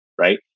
Right